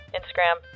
Instagram